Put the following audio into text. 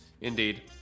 Indeed